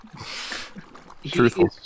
Truthful